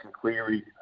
Cleary